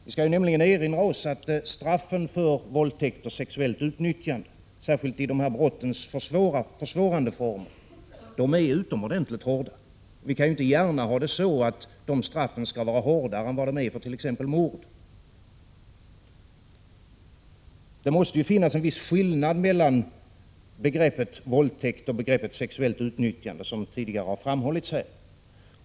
Vi skall nämligen erinra oss att straffen för våldtäkt och sexuellt utnyttjande, särskilt i brottens försvårande form, är utomordentligt hårda. Vi kan inte gärna ha det så, att straffet för sådana brott skall vara hårdare än t.ex. för mord. Det måste finnas en viss skillnad mellan begreppet våldtäkt och begreppet sexuellt utnyttjande, som det tidigare har framhållits här.